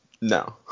No